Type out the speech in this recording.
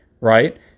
Right